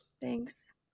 Thanks